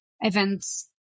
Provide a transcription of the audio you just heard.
events